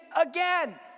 again